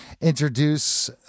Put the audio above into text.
introduce